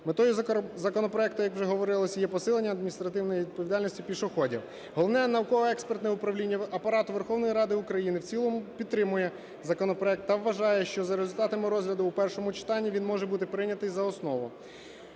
Метою законопроекту, як вже говорилось, є посилення адміністративної відповідальності пішоходів. Головне науково-експертне управління Апарату Верховної Ради України в цілому підтримує законопроект та вважає, що за результатами розгляду в першому читанні він може бути прийнятий за основу.